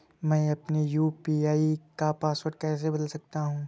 मैं अपने यू.पी.आई का पासवर्ड कैसे बदल सकता हूँ?